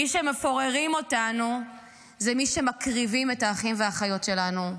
מי שמפוררים אותנו זה מי שמקריבים את האחים והאחיות שלנו.